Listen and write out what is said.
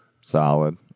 solid